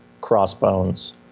Crossbones